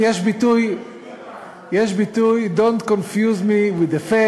יש ביטוי: אל תבלבלו אותי עם העובדות.